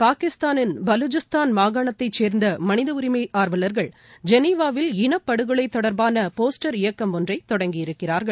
பாகிஸ்தானின் பலுசிஸ்தான் மாகாணத்தைச் சேர்ந்த மனித உரிமைகள் ஆர்வலர்கள் ஜெனிவாவில் இனப்படுகொலை தொடர்பான போஸ்டர் இயக்கம் ஒன்றை தொடங்கியிருக்கிறார்கள்